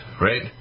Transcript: right